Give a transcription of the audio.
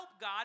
God